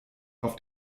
auf